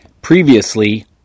Previously